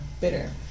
bitter